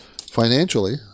financially